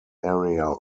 area